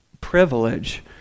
privilege